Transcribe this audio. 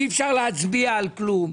אי אפשר להצביע על כלום.